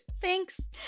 Thanks